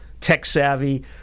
tech-savvy